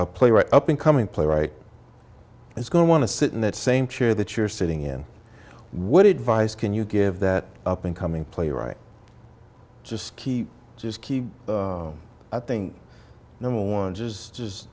a playwright up and coming playwright is going to want to sit in that same chair that you're sitting in would advise can you give that up in coming playwright just keep just keep i think number one just just